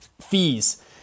fees